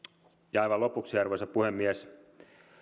aivan lopuksi arvoisa puhemies